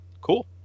cool